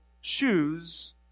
shoes